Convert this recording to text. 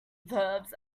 verbs